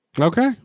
Okay